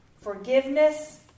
forgiveness